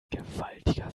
gewaltiger